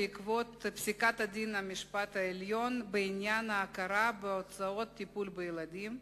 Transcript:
בעקבות פסיקת בית-המשפט העליון בעניין ההכרה בהוצאות טיפול בילדים,